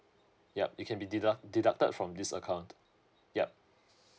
yup it can be deduct deducted from this account yup